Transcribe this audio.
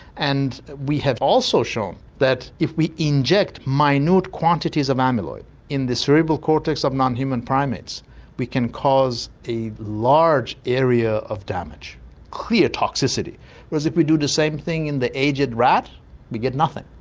and we have also shown that if we inject minute quantities of amyloid in the cerebral cortex of non-human primates we can cause a large area of damage clear toxicity whereas if we do the same thing in the aged rat we get nothing.